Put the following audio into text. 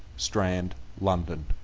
strand, london.